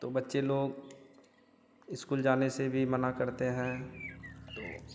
तो बच्चे लोग इस्कुल जाने से भी मना करते हैं तो